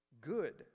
good